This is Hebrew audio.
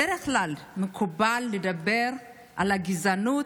בדרך כלל מקובל לדבר על גזענות,